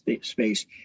space